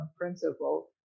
principle